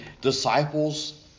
disciples